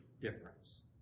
difference